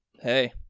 hey